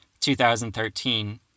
2013